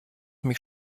mich